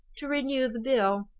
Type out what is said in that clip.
to renew the bill!